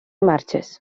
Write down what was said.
marxes